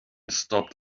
stopped